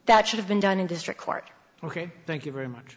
that should have been done in district court ok thank you very much